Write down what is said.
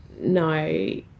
no